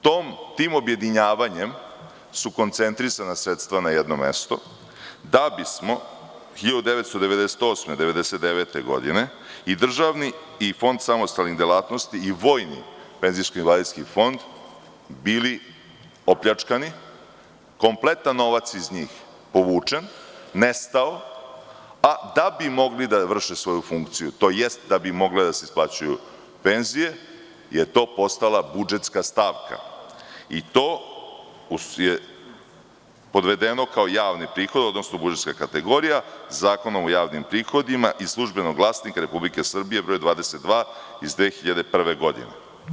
Tim objedinjavanjem su koncentrisana sredstva na jedno mesto, da bismo 1998. i 1999. godine i državni i Fond samostalnih delatnosti i Vojni penzijsko-invalidski fond bili opljačkani, kompletan novac iz njih povučen, nestao, a da bi mogli da vrše svoju funkciju, tj. da bi mogle da se isplaćuju penzije, je to postala budžetska stavka i to je podvedeno kao javni prihod, odnosno budžetska kategorija Zakonom o javnim prihodima iz Službenog glasnika RS broj 22 iz 2001. godine.